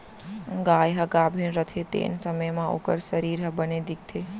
गाय ह गाभिन रथे तेन समे म ओकर सरीर ह बने दिखथे